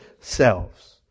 selves